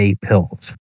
pills